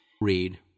read